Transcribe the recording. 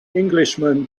englishman